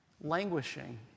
Languishing